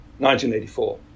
1984